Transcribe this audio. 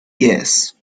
yes